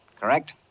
correct